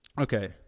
Okay